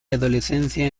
adolescencia